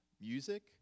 music